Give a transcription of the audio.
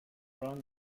brown